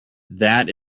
that